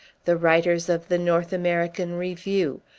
the writers of the north american review,